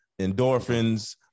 endorphins